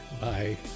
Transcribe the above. Bye